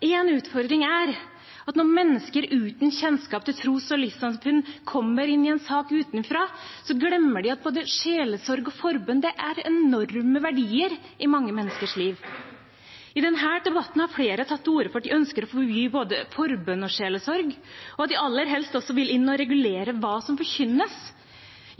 En utfordring er at når mennesker uten kjennskap til tros- og livssynssamfunn kommer inn i en sak utenfra, glemmer de at både sjelesorg og forbønn er enorme verdier i mange menneskers liv. I denne debatten har flere tatt til orde for at de ønsker å forby både forbønn og sjelesorg, og at de aller helst også vil gå inn og regulere hva som forkynnes.